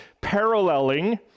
paralleling